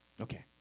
Okay